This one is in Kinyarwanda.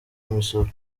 imisoro